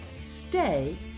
stay